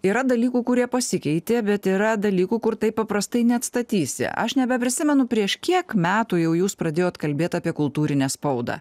yra dalykų kurie pasikeitė bet yra dalykų kur taip paprastai neatstatysi aš nebeprisimenu prieš kiek metų jau jūs pradėjot kalbėt apie kultūrinę spaudą